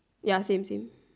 ya same same